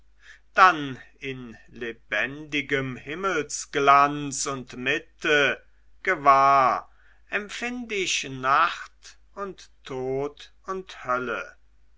dann in lebendigem himmelsglanz und mitte gewahr empfind ich nacht und tod und hölle